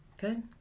Good